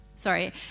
sorry